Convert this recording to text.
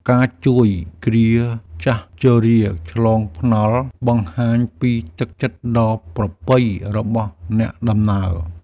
ការជួយគ្រាហ៍ចាស់ជរាឆ្លងថ្នល់បង្ហាញពីទឹកចិត្តដ៏ប្រពៃរបស់អ្នកដំណើរ។